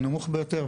הנמוך ביותר,